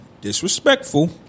disrespectful